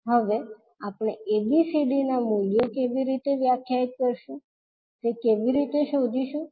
હવે આપણે ABCD ના મૂલ્યો કેવી રીતે વ્યાખ્યાયિત કરીશું તે કેવી રીતે શોધીશું